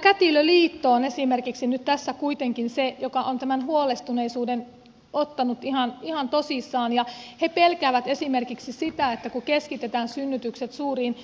kätilöliitto on esimerkiksi nyt tässä kuitenkin se joka on tämän huolestuneisuuden ottanut ihan tosissaan ja he pelkäävät esimerkiksi sitä että kun keskitetään synnytykset suuriin